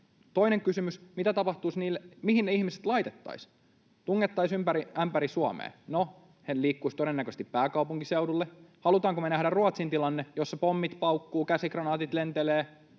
Toinen kysymys: Mihin ne ihmiset laitettaisiin? Tungettaisiin ympäri ämpäri Suomea? No, he liikkuisivat todennäköisesti pääkaupunkiseudulle. Halutaanko me nähdä Ruotsin tilanne, jossa pommit paukkuvat, käsikranaatit lentelevät,